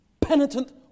penitent